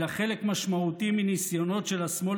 אלא חלק משמעותי מניסיונות של השמאל